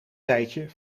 tijdje